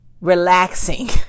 relaxing